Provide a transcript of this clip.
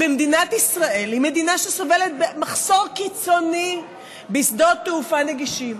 מדינת ישראל היא מדינה שסובלת ממחסור קיצוני בשדות תעופה נגישים.